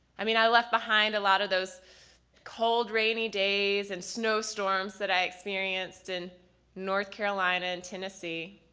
i mean i left behind a lot of those cold, rainy days and snowstorms that i experienced, in north carolina and tennessee.